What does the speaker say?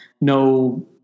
no